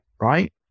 right